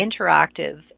interactive